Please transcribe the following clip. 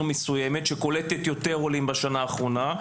מסוימת שקולטת יותר עולים בשנה האחרונה,